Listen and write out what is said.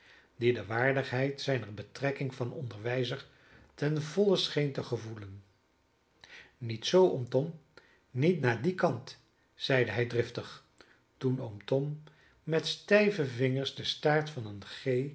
die de waardigheid zijner betrekking van onderwijzer ten volle scheen te gevoelen niet zoo oom tom niet naar dien kant zeide hij driftig toen oom tom met stijve vingers den staart van eene g